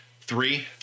Three